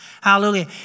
Hallelujah